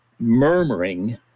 murmuring